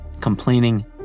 complaining